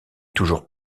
toujours